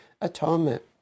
atonement